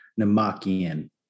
Namakian